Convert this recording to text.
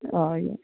हय